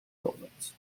buildings